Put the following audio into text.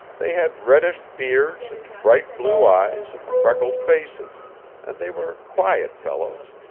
they had reddish beards and bright blue eyes and freckled faces and they were quiet fellows,